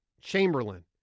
Chamberlain